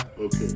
Okay